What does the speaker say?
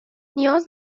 نیاز